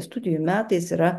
studijų metais yra